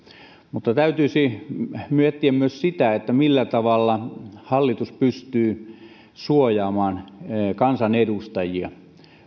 mutta täytyisi miettiä myös sitä millä tavalla hallitus pystyy suojaamaan kansanedustajia